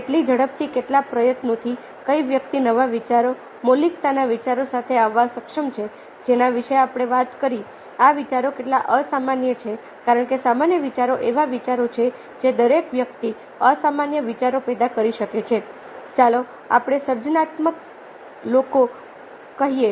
કેટલી ઝડપથી કેટલા પ્રયત્નોથી કોઈ વ્યક્તિ નવા વિચારો મૌલિકતાના વિચારો સાથે આવવા સક્ષમ છે જેના વિશે આપણે વાત કરી આ વિચારો કેટલા અસામાન્ય છે કારણ કે સામાન્ય વિચારો એવા વિચારો છે જે દરેક વ્યક્તિ અસામાન્ય વિચારો પેદા કરી શકે છે ચાલો આપણે સર્જનાત્મક લોકો કહીએ